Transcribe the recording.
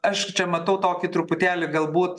aš čia matau tokį truputėlį galbūt